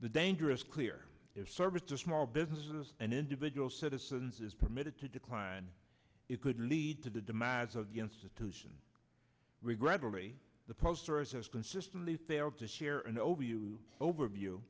the dangerous clear is service to small businesses and individual citizens is permitted to decline it could lead to the demise of the institution regretfully the poster as has consistently failed to share an overview overview